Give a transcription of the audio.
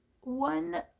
One